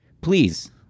Please